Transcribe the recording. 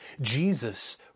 Jesus